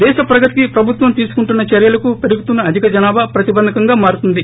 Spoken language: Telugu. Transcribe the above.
దేశ ప్రగతికి ప్రభుత్వం తీసుకుంటున్న చర్యలకు పేరుగుతున్న అధిక జనాభా ప్రతిబంధకంగా మారుతుంది